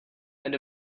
and